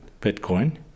Bitcoin